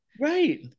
Right